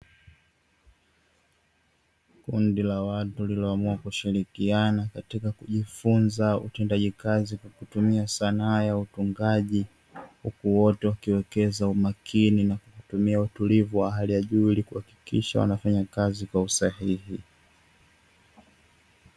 Kundi la watu lililoamua kushirikiana katika kujifunza utendaji kazi kwa kutumia sanaa ya utungaji. Huku wote wakiwekeza umakini na kutumia utulivu wa hali ya juu ili kuhakikisha wanafanya kazi kwa usahihi.